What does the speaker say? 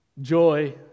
Joy